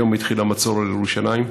היום התחיל המצור על ירושלים.